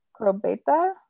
crobeta